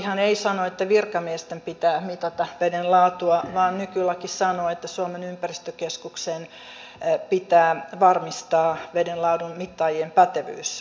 nykylakihan ei sano että virkamiesten pitää mitata vedenlaatua vaan nykylaki sanoo että suomen ympäristökeskuksen pitää varmistaa vedenlaadun mittaajien pätevyys